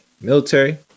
military